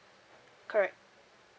correct